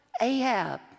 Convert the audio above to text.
Ahab